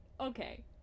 okay